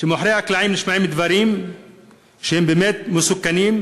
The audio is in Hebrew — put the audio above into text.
כשמאחורי הקלעים נשמעים דברים שהם באמת מסוכנים,